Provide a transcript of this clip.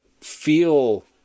feel